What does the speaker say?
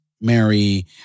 Mary